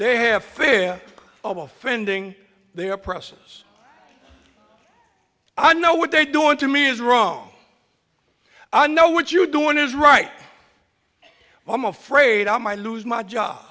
they have fear of offending their oppressors i know what they're doing to me is wrong i know what you're doing is right i'm afraid i might lose my job